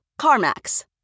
CarMax